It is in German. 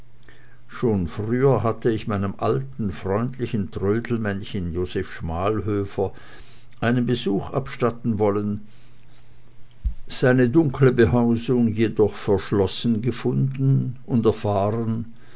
schon früher hatte ich meinem alten freundlichen trödelmännchen joseph schmalhöfer einen besuch abstatten wollen seine dunkle behausung jedoch verschlossen gefunden und erfahren